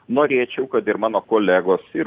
norėčiau kad ir mano kolegos ir